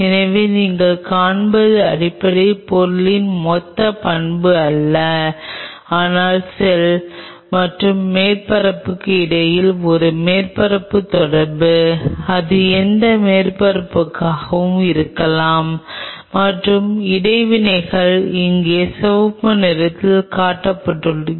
எனவே நீங்கள் காண்பது அடிப்படையில் பொருளின் மொத்த பண்புகள் அல்ல ஆனால் செல் மற்றும் மேற்பரப்புக்கு இடையில் ஒரு மேற்பரப்பு தொடர்பு அது எந்த மேற்பரப்பாகவும் இருக்கலாம் மற்றும் இடைவினைகள் இங்கே சிவப்பு நிறத்தில் காட்டப்படுகின்றன